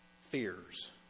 fears